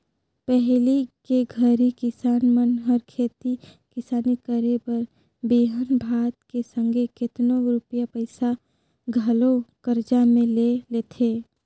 पहिली के घरी किसान मन हर खेती किसानी करे बर बीहन भात के संघे केतनो रूपिया पइसा घलो करजा में ले लेथें